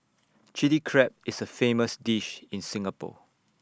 Chilli Crab is A famous dish in Singapore